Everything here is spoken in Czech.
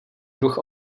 druh